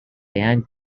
yang